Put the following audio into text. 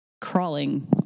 crawling